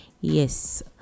Yes